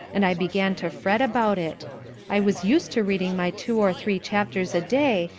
and i began to fret about it i was used to reading my two or three chapters a day,